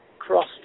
crossed